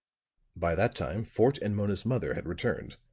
by that time fort and mona's mother had returned.